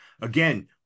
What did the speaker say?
again